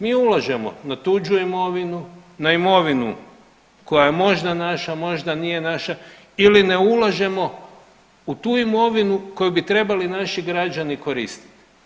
Mi ulažemo na tuđu imovinu, na imovinu koja je možda naša, možda nije naša ili ne ulažemo u tu imovinu koju bi trebali naši građani koristiti.